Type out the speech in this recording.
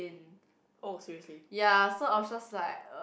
oh seriously